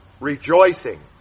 rejoicing